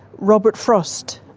robert frost,